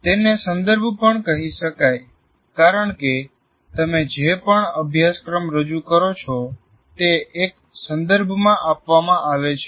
તેને સંદર્ભ પણ કહી શકાય કારણ કે તમે જે પણ અભ્યાસક્રમ રજુ કરો છો તે એક સંદર્ભમાં આપવામાં આવે છે